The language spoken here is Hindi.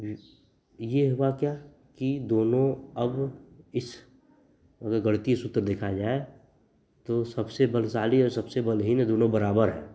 यह हुआ क्या कि दोनों अब इस अगर गणितीय सूत्र देखा जाए तो सबसे बलशाली और सबसे बलहीन दोनों बराबर हैं